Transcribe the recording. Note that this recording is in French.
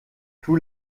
tous